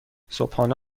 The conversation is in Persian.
صبحانه